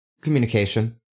Communication